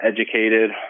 educated